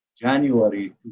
January